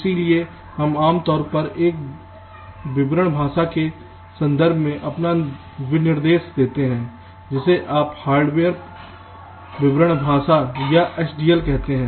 इसलिए हम आम तौर पर एक विवरण भाषा के संदर्भ में अपना विनिर्देश देते हैं जिसे आप हार्डवेयर विवरण भाषा या HDL कहते हैं